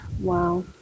Wow